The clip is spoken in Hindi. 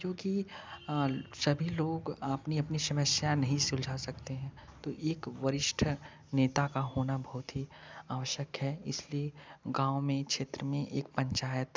क्योंकि सभी लोग अपनी अपनी समस्या नहीं सुलझा सकते हैं तो एक वरिष्ठ नेता का होना बहुत ही आवश्यक है इसलिय गाँव में क्षेत्र में एक पंचायत